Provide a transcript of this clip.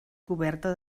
coberta